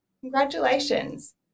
congratulations